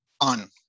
on